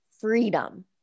freedom